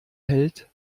hält